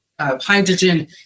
hydrogen